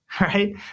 right